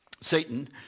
Satan